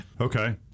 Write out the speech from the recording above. Okay